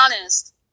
honest